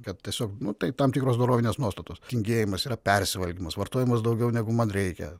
kad tiesiog nu tai tam tikros dorovinės nuostatos tingėjimas yra persivalgymas vartojimas daugiau negu man reikia